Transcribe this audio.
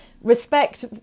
respect